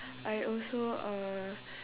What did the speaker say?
I also uh